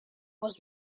was